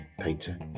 painter